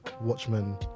Watchmen